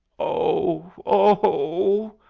oh, oh!